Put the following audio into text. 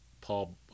Paul